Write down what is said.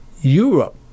Europe